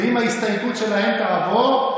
ואם ההסתייגות שלהם תעבור,